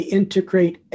integrate